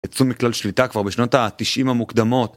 יצאו מכלל שליטה כבר בשנות התשעים המוקדמות